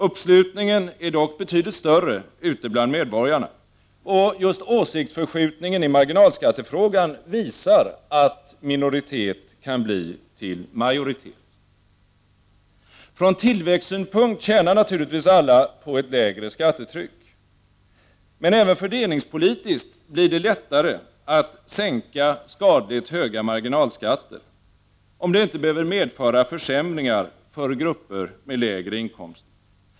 Uppslutningen är dock betydligt större ute bland medborgarna. Och åsiktsförskjutningen i marginalskattefrågan visar att minoritet kan bli till majoritet. Från tillväxtsynpunkt tjänar naturligtvis alla på ett lägre skattetryck. Men även fördelningspolitiskt blir det lättare att sänka skadligt höga marginalskatter, om det inte behöver medföra försämringar för grupper med lägre inkomster.